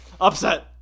Upset